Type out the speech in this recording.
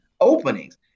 openings